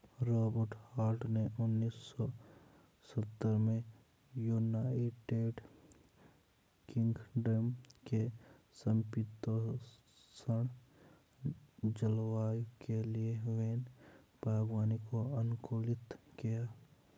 Robert Hart ने उन्नीस सौ सत्तर में यूनाइटेड किंगडम के समषीतोष्ण जलवायु के लिए वैन बागवानी को अनुकूलित किया